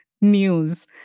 news